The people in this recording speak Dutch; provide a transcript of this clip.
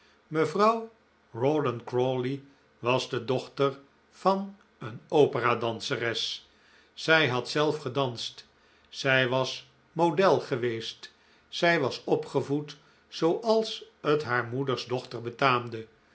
mevrouw rawdon crawley was de dochter van een operadanseres zij had zelf gedanst zij was model geweest zij was opgevoed zooals het haar moeders dochter betaamde